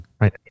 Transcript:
right